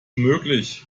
möglich